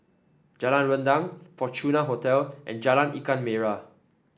Jalan Rendang Fortuna Hotel and Jalan Ikan Merah